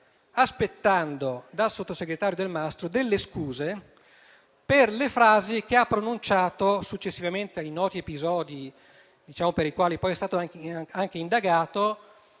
aspettando dal sottosegretario Delmastro Delle Vedove delle scuse per le frasi che ha pronunciato successivamente ai noti episodi per i quali poi è stato anche indagato;